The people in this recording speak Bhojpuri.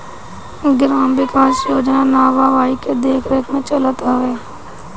ग्राम विकास योजना नाबार्ड के देखरेख में चलत हवे